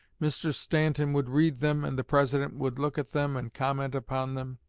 mr. stanton would read them, and the president would look at them and comment upon them.